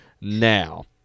now